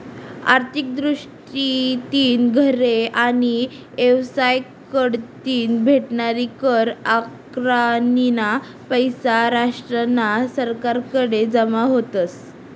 आर्थिक दृष्टीतीन घरे आणि येवसाय कढतीन भेटनारी कर आकारनीना पैसा राष्ट्रना सरकारकडे जमा व्हतस